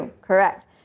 correct